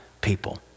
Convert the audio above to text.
people